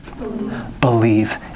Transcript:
Believe